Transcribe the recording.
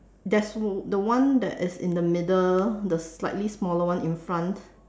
there's all the one that is in the middle the slightly smaller one in front